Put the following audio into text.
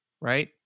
right